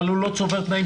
אבל הוא גם לא צובר תנאים